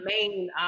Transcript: main